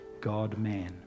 God-man